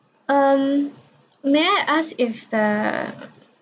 um may I ask if the